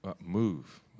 move